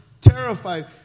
terrified